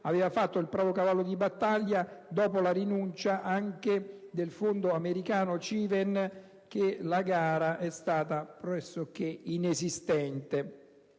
aveva fatto il proprio cavallo di battaglia), dopo la rinuncia anche del fondo americano Civen la gara è stata pressocché inesistente.